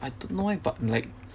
I don't know why but like